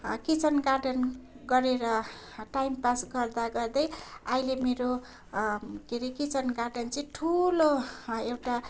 kitchen garden गरेर time pass गर्दागर्दै अहिले मेरो के अरे किचन गार्डन चाहिँ ठुलो एउटा